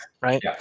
right